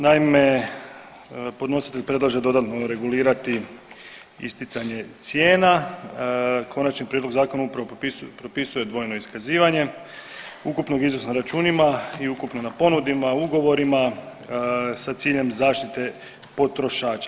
Naime, podnositelj predlaže dodatno regulirati isticanje cijena, Konačni prijedlog Zakona upravo propisuje dvojno iskazivanje ukupnog iznosa na računima i ukupno na ponudima, ugovorima sa ciljem zaštite potrošača.